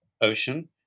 ocean